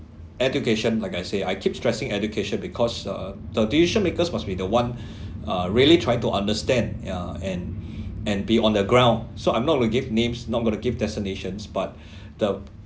education like I said I keep stressing education because uh the decision makers must be the one uh really trying to understand yeah and and be on the ground so I'm not going to give names not going to give designations but the